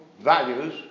values